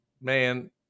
man